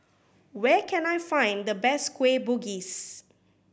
where can I find the best Kueh Bugis